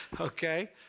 okay